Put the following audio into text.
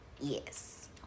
yes